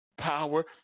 power